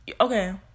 okay